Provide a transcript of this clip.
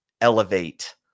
elevate